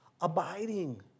abiding